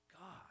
God